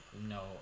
no